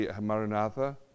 Maranatha